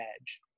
edge